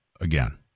again